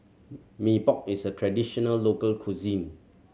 Mee Pok is a traditional local cuisine